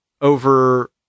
over